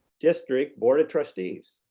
district board of trustees